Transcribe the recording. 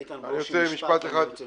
איתן, רק משפט ואני רוצה לסכם.